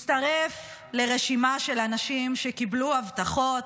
מצטרף לרשימה של אנשים שקיבלו הבטחות,